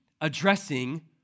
addressing